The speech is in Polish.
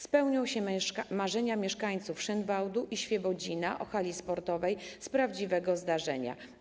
Spełnią się marzenia mieszkańców Szynwałdu i Świebodzina o hali sportowej z prawdziwego zdarzenia.